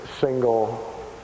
single